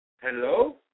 Hello